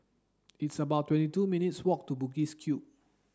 it's about twenty two minutes' walk to Bugis Cube